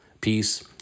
peace